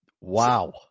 Wow